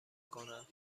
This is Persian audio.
کنند